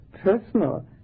personal